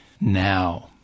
Now